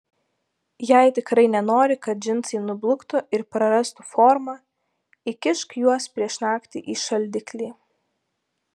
jei tikrai nenori kad džinsai nubluktų ir prarastų formą įkišk juos prieš naktį į šaldiklį